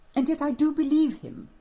and yet i do believe him.